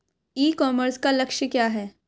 ई commerce का लक्ष्य क्या है?